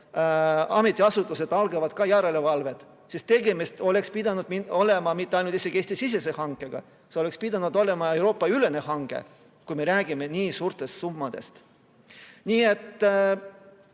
ametiasutused alustavad järelevalvet, sest tegemist oleks pidanud olema isegi mitte ainult Eesti-sisese hankega, see oleks pidanud olema Euroopa-ülene hange, kui me räägime nii suurtest summadest. Nii et